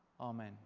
Amen